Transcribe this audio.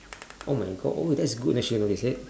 oh my god oh that's good